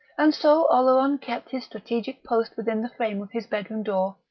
and so oleron kept his strategic post within the frame of his bedroom door,